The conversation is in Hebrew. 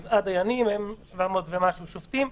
107 דיינים ויש כ-700 מהשופטים.